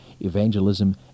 evangelism